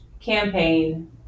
campaign